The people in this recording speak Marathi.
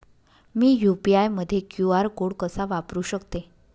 मी यू.पी.आय मध्ये क्यू.आर कोड कसा वापरु शकते?